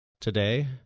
today